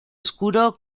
oscuro